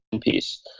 piece